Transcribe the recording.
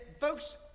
Folks